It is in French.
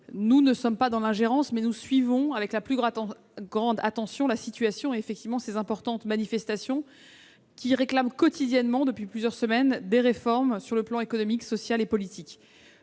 nous ne sommes pas dans l'ingérence, mais nous suivons avec la plus grande attention la situation au Liban, marquée par d'importantes manifestations de citoyens réclamant quotidiennement, depuis plusieurs semaines, des réformes sur les plans économique, social et politique.